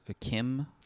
Kim